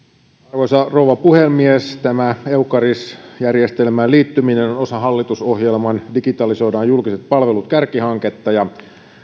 arvoisa rouva puhemies tämä eucaris järjestelmään liittyminen on osa hallitusohjelman digitalisoidaan julkiset palvelut kärkihanketta ja